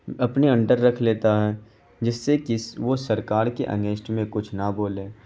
اپنے انڈر رکھ لیتا ہے جس سے کہ وہ سرکار کے اگینسٹ میں کچھ نہ بولے